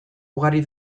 ugari